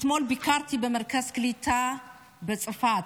אתמול ביקרתי במרכז קליטה בצפת.